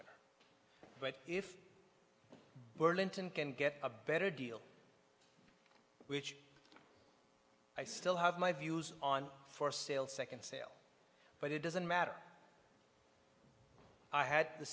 lynton can get a better deal which i still have my views on for sale second sale but it doesn't matter i had the